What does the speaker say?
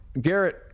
Garrett